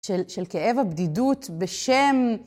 של כאב הבדידות בשם.